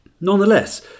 Nonetheless